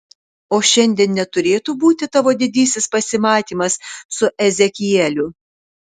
o šiandien neturėtų būti tavo didysis pasimatymas su ezekieliu